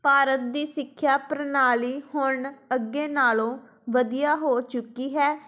ਭਾਰਤ ਦੀ ਸਿੱਖਿਆ ਪ੍ਰਣਾਲੀ ਹੁਣ ਅੱਗੇ ਨਾਲ਼ੋਂ ਵਧੀਆ ਹੋ ਚੁੱਕੀ ਹੈ